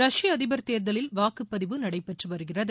ரஷ்ய அதிபர் தேர்தலில் வாக்குப்பதிவு நடைபெற்று வருகிறது